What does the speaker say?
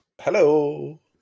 hello